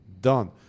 Done